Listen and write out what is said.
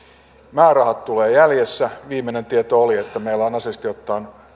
määrärahat tulevat jäljessä viimeinen tieto oli että meillä on asiallisesti ottaen